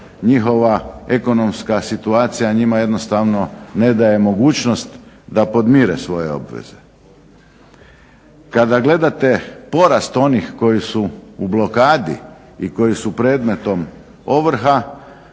njihova ekonomska situacija njima jednostavno ne daje mogućnost da podmire svoje obveze. Kada gledate porast onih koji su u blokadi i koji su predmetom ovrha,